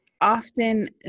often